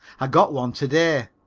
i got one to-day.